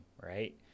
right